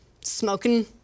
smoking